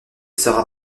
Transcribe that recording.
sera